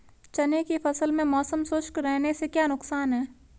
चने की फसल में मौसम शुष्क रहने से क्या नुकसान है?